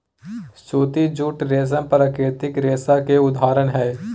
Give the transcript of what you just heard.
सूती, जूट, रेशम प्राकृतिक रेशा के उदाहरण हय